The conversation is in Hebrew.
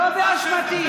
לא באשמתי.